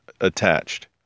attached